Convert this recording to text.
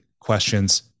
questions